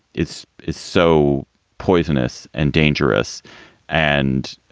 it's it's so poisonous and dangerous and.